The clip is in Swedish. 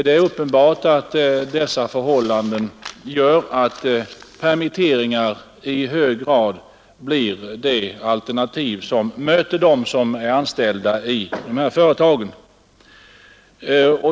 Det är uppenbart att dessa förhållanden gör att permitteringar i hög grad blir det alternativ som möter de anställda i dessa företag.